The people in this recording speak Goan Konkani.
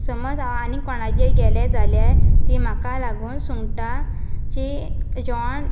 समज हांव आनी कोणागेर गेलें जाल्यार ती म्हाका लागून सुंगटां ची जेवण